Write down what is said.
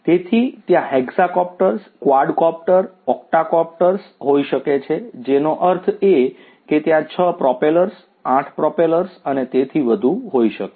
તેથી ત્યાં hexacopters quadcopter octocopters હોઈ શકે છે જેનો અર્થ એ કે ત્યાં 6 પ્રોપેલર્સ 8 પ્રોપેલર્સ અને તેથી વધુ હોઈ શકે છે